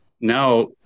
now